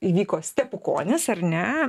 įvyko stepukonis ar ne